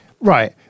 Right